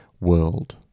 world